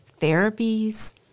therapies